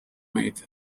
meid